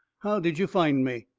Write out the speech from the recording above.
how did you find me?